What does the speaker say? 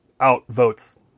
outvotes